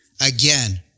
Again